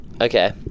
Okay